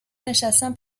نشستن